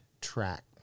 track